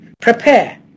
Prepare